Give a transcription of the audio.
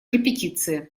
репетиции